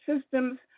systems